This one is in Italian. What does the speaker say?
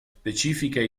specifica